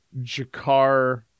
Jakar